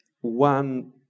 one